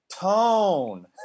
tone